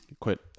quit